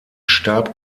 starb